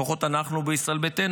לפחות אנחנו בישראל ביתנו,